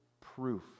proof